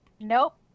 Nope